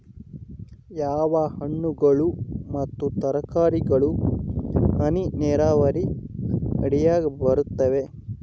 ಯಾವ ಹಣ್ಣುಗಳು ಮತ್ತು ತರಕಾರಿಗಳು ಹನಿ ನೇರಾವರಿ ಅಡಿಯಾಗ ಬರುತ್ತವೆ?